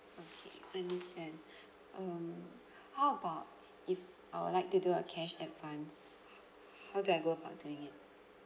okay understand um how about if I would like to do a cash advance how how do I go about doing it